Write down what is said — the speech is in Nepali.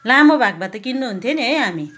लामो भएको भए त किन्नु हुन्थ्यो नि है हामी